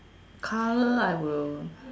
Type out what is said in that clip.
colour I will